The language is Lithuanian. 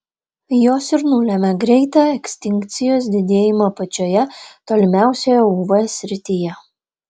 jos ir nulemia greitą ekstinkcijos didėjimą pačioje tolimiausioje uv srityje